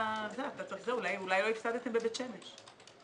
אולי לא הפסדתם בבית שמש.